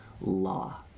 law